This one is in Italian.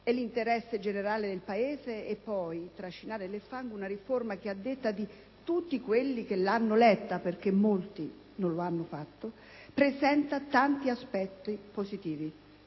e l'interesse generale del Paese e poi trascinare nel fango una riforma che, a detta di tutti coloro che l'hanno letta (perché molti non l'hanno fatto), presenta tanti aspetti positivi.